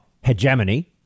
hegemony